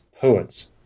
poets